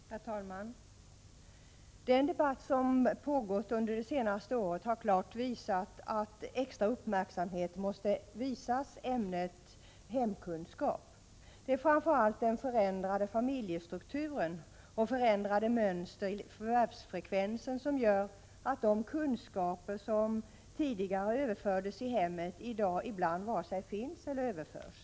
Herr talman! Den debatt som pågått under det senaste året har klart visat att extra uppmärksamhet måste ägnas ämnet hemkunskap. Framför allt den förändrade familjestrukturen och det förändrade mönstret i förvärvsfrekvensen gör att de kunskaper som tidigare överfördes i hemmen nu ofta varken finns eller överförs.